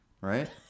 right